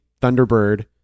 Thunderbird